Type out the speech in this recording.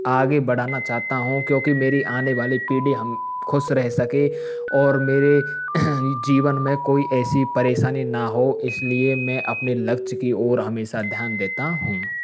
आगे बढ़ना चाहता हूँ क्योंकि मेरी आने वाली पीढ़ी हम खुश रह सकें और मेरे जीवन में कोई ऐसी परेशानी ना हो इस लिए मैं अपने लक्ष्य की ओर हमेशा ध्यान देता हूँ